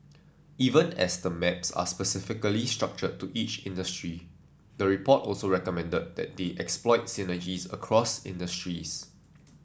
even as the maps are specifically structured to each industry the report also recommended that they exploit synergies across industries